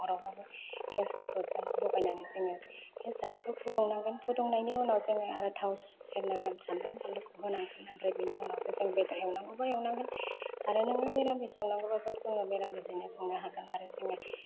अरावबाबो गेसफोरखौ जों लगायनानै जोङो बे सारायखौ फुदुंनांगोन फुदुंनायनि उनाव जोङो आरो थाव सेरनांगोन सामब्राम बानलुखौ होनांगोन आमफ्राय बिनि उनावसो जों बेदर एवनांगोनबा एवनांगोन आरो नोङो मिरासिम संनांगौबाथ' जोङो मिरामिसयैनो संनो हागोन आरो जोङो